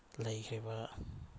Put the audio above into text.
ꯂꯩꯈ꯭ꯔꯤꯕ